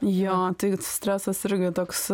jo tai stresas irgi toks